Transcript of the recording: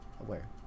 aware